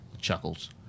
chuckles